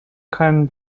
keinen